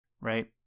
Right